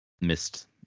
missed